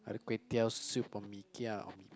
either kway teow soup or mee-kia or mee